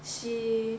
she